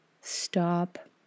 stop